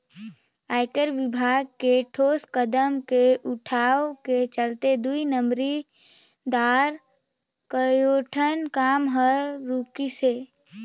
आयकर विभाग के ठोस कदम के उठाव के चलते दुई नंबरी दार कयोठन काम हर रूकिसे